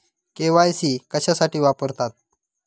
KYC कशासाठी वापरतात?